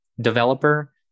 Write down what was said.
developer